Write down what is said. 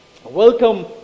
Welcome